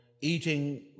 eating